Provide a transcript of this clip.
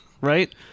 Right